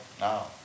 now